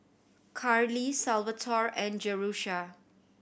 Carley Salvatore and Jerusha